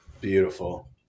Beautiful